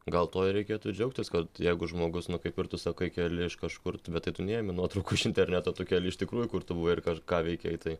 gal tuo ir reikėtų džiaugtis kad jeigu žmogus nu kaip ir tu sa kai keli iš kažkur tu bet tai tu neimi nuotraukų iš interneto tu keli iš tikrųjų kur tu buvai ir ką ką veikei tai